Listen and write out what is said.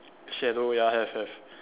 shit I don't know ya have have